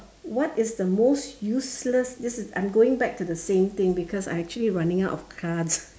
what is the most useless this is I'm going back to the same thing because I'm actually running out of cards